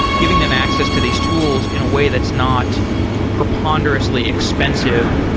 giving them access to these tools in a way that's not preponderously expensive,